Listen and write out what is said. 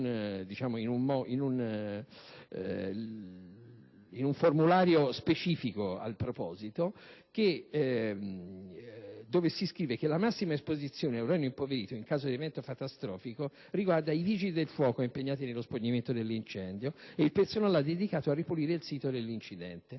in un formulario specifico - che la massima esposizione all'uranio impoverito, in caso di evento catastrofico, riguarda i vigili del fuoco impegnati nello spegnimento dell'incendio e il personale dedicato a ripulire il sito dell'incidente.